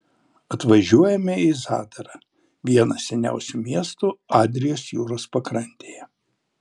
atvažiuojame į zadarą vieną seniausių miestų adrijos jūros pakrantėje